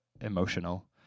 emotional